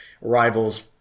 rivals